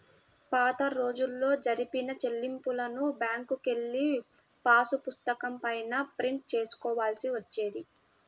పాతరోజుల్లో జరిపిన చెల్లింపులను బ్యేంకుకెళ్ళి పాసుపుస్తకం పైన ప్రింట్ చేసుకోవాల్సి వచ్చేది